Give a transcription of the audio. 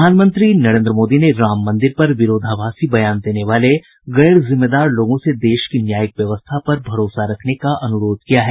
प्रधानमंत्री नरेन्द्र मोदी ने राम मंदिर पर विरोधाभासी बयान देने वाले गैर जिम्मेदार लोगों से देश की न्यायिक व्यवस्था पर भरोसा रखने का अनुरोध किया है